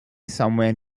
somewhere